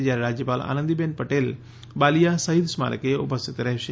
જ્યારે રાજ્યપાલ આનંદીબેન પટેલ બાલિયા શહીદ સ્મારકે ઉપસ્થિત રહેશે